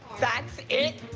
that's it?